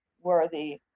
worthy